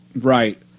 Right